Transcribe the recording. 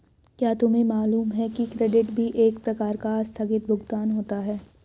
क्या तुम्हें मालूम है कि क्रेडिट भी एक प्रकार का आस्थगित भुगतान होता है?